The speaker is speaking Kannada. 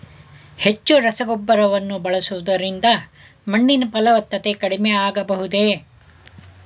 ಹೆಚ್ಚು ರಸಗೊಬ್ಬರವನ್ನು ಬಳಸುವುದರಿಂದ ಮಣ್ಣಿನ ಫಲವತ್ತತೆ ಕಡಿಮೆ ಆಗಬಹುದೇ?